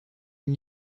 une